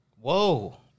Whoa